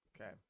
Okay